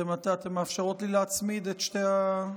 אתן מאפשרות לי להצמיד את שתיהן?